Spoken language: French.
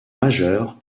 majeure